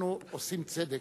אנחנו עושים צדק.